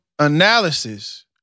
analysis